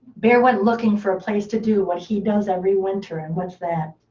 bear went looking for a place to do what he does every winter. and what's that?